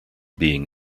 being